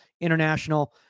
international